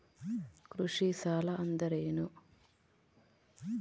ಕೃಷಿ ಸಾಲ ಅಂದರೇನು?